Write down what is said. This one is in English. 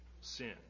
sin